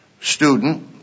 student